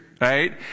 right